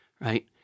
right